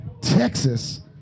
Texas